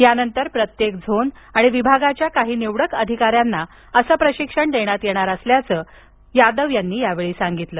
यानंतर प्रत्येक झोन आणि विभागाच्या काही निवडक अधिकाऱ्यांना असं प्रशिक्षण देण्यात येणार असल्याचं यादव यांनी यावेळी सांगितलं